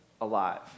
alive